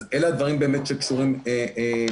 אז אלה הדברים באמת שקשורים לתוכנית.